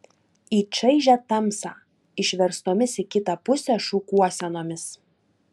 į čaižią tamsą išverstomis į kitą pusę šukuosenomis